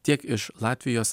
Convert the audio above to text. tiek iš latvijos